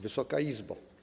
Wysoka Izbo!